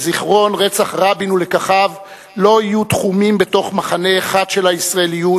שזיכרון רצח רבין ולקחיו לא יהיו תחומים בתוך מחנה אחד של הישראליות,